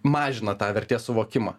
mažina tą vertės suvokimą